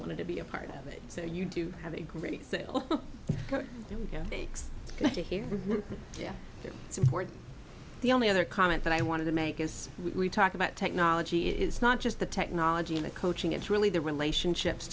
wanted to be a part of it so you do have a great idea here yeah it's important the only other comment that i wanted to make is we talk about technology it's not just the technology and the coaching it's really the relationships